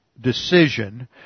decision